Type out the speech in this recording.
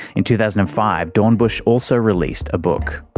in two thousand and five dornbusch also released a book.